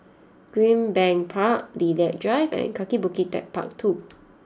Greenbank Park Lilac Drive and Kaki Bukit Techpark II